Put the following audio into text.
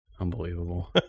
Unbelievable